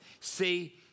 See